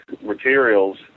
materials